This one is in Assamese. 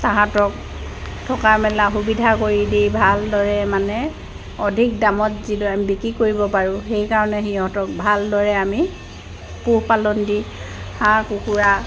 তাহাঁঁতক থকা মেলা সুবিধা কৰি দি ভালদৰে মানে অধিক দামত যিদৰে আমি বিক্ৰী কৰিব পাৰোঁ সেইকাৰণে সিহঁতক ভালদৰে আমি পোহ পালন দি হাঁহ কুকুৰা